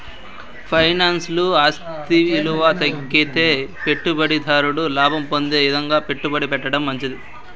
ఫైనాన్స్ల ఆస్తి ఇలువ తగ్గితే పెట్టుబడి దారుడు లాభం పొందే ఇదంగా పెట్టుబడి పెట్టడం మంచిది